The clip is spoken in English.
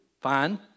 fine